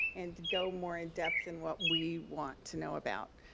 and to go more in depth in what we want to know about.